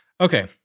Okay